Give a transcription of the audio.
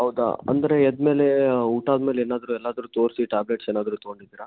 ಹೌದಾ ಅಂದರೆ ಎದ್ದ ಮೇಲೆ ಊಟ ಆದ್ಮೇಲೆ ಏನಾದರೂ ಎಲ್ಲಾದರೂ ತೋರಿಸಿ ಟ್ಯಾಬ್ಲೇಟ್ಸ್ ಏನಾದರೂ ತಗೊಂಡಿದ್ದೀರಾ